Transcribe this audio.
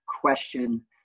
question